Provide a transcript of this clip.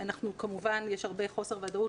כמובן שיש הרבה חוסר ודאות,